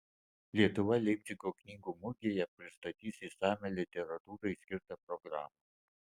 lietuva leipcigo knygų mugėje pristatys išsamią literatūrai skirtą programą